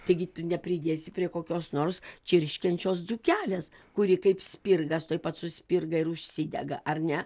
taigi nepridėsi prie kokios nors čirškiančios dzūkelės kuri kaip spirgas tuoj pat suspirga ir užsidega ar ne